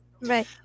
Right